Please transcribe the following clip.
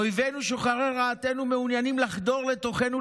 אויבינו שוחרי רעתנו מעוניינים לחדור לתוכנו,